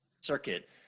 circuit